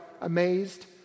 amazed